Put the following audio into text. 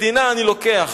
מדינה אני לוקח,